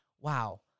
wow